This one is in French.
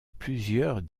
plusieurs